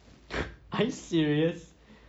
are you serious